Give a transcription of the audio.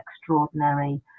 extraordinary